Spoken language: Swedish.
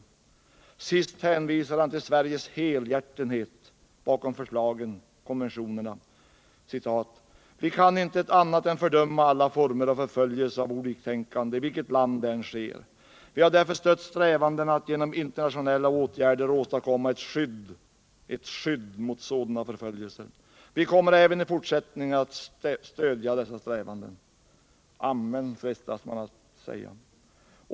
Sist hänvisar han till Sveriges helhjärtenhet bakom förslagen, konventionerna, och säger: ”Vi kan intet annat än fördöma alla former av förföljelse av oliktänkande i vilket land det än sker. Vi har därför stött strävandena att genom internationella åtgärder åstadkomma ett skydd mot sådana förföljelser. Vi kommer även i fortsättningen att stödja dessa strävanden.” Amen, frestas man att säga.